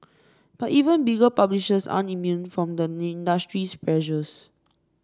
but even bigger publishers aren't immune from the industry's pressures